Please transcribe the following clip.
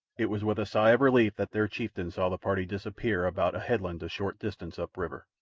it was with a sigh of relief that their chieftain saw the party disappear about a headland a short distance up-river.